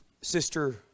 Sister